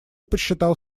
посчитал